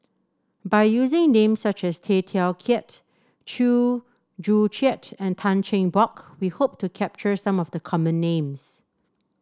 by using names such as Tay Teow Kiat Chew Joo Chiat and Tan Cheng Bock we hope to capture some of the common names